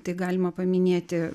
tai galima paminėti